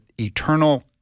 eternal